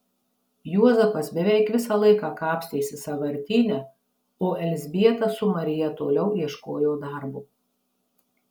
juozapas beveik visą laiką kapstėsi sąvartyne o elzbieta su marija toliau ieškojo darbo